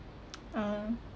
ah